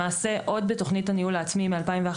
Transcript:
למעשה, עוד מתוכנית הניהול העצמי מ-2011,